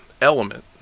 element